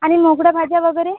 आणि मोकळं भाज्या वगैरे